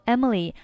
Emily